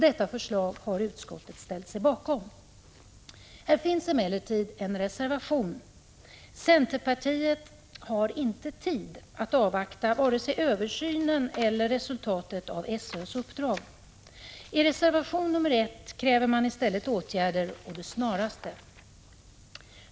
Detta förslag har utskottet ställt sig bakom. Här finns emellertid en reservation. Centerpartiet har ”inte tid” att avvakta vare sig översynen eller resultatet av SÖ:s uppdrag. I reservation nr 1 kräver man i stället regeringsåtgärder med det snaraste.